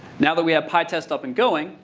now that we have pytest up and going,